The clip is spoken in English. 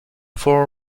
for